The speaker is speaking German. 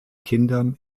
kindern